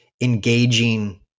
engaging